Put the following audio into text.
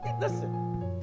listen